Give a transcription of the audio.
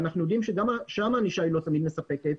ואנחנו יודעים שגם שם הענישה לא תמיד מספקת,